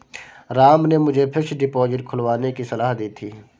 राम ने मुझे fixed deposit खुलवाने की सलाह दी थी